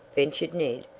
ventured ned.